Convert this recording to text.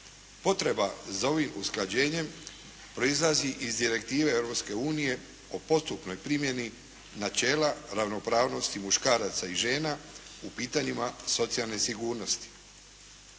Potreba za ovim usklađenjem proizlazi iz direktive Europske unije o postupnoj primjeni načela ravnopravnosti muškaraca i žena u pitanjima socijalne sigurnosti.